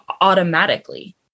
automatically